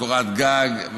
קורת גג,